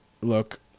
Look